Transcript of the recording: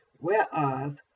whereof